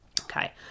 Okay